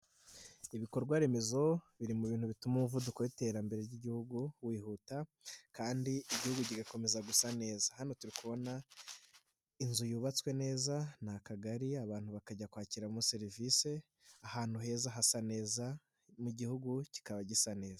Ibikorwa remezo biri mu bintu bituma umuvuduko w'iterambere ry'Igihugu wihuta kandi Igihugu kigakomeza gusa neza, hano turi kubona inzu yubatswe neza ni Akagari, abantu bakajya kwakiramo serivisi, ahantu heza hasa neza n'Igihugu kikaba gisa neza.